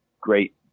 great